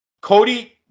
Cody